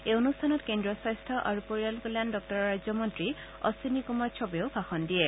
এই অনুষ্ঠনত কেন্দ্ৰীয় স্বাস্থ্য আৰু পৰিয়াল কল্যাণ দপুৰৰ ৰাজ্যমন্ত্ৰী অধিনী কুমাৰ চৌবেও ভাষণ দিয়ে